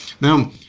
Now